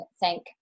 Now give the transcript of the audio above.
thank